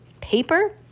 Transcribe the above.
Paper